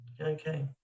Okay